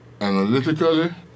analytically